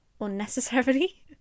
unnecessarily